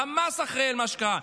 חמאס אחראי למה שקרה.